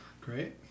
Great